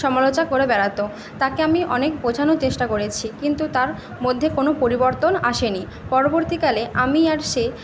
সমালোচনা করে বেড়াতো তাকে আমি অনেক বোঝানোর চেষ্টা করেছি কিন্তু তার মধ্যে কোনও পরিবর্তন আসে নি পরবর্তীকালে আমি আর সে